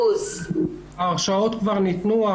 הרשאות כבר ניתנו,